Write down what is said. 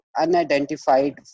unidentified